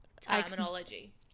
terminology